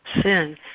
sin